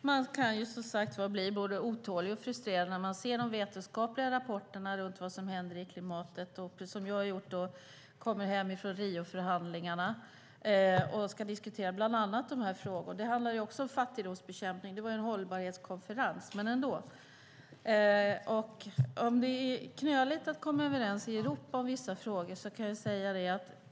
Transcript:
Fru talman! Man kan bli både otålig och frustrerad när man ser de vetenskapliga rapporterna om vad som händer med klimatet och när man som jag kommer hem från Rioförhandlingarna och ska diskutera bland annat de här frågorna. Det var ju en hållbarhetskonferens. Det handlar också om fattigdomsbekämpning. Det är knöligt att komma överens i Europa i vissa frågor.